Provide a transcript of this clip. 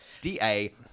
D-A